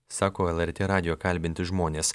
sako lrt radijo kalbinti žmonės